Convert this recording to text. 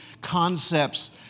concepts